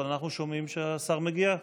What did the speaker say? אבל אנחנו שומעים שהשר מגיע.